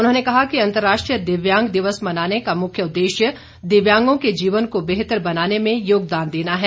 उन्होंने कहा कि अंतर्राष्ट्रीय दिव्यांग दिवस मनाने का मुख्य उददेश्य दिव्यांगों के जीवन को बेहतर बनाने में योगदान देना है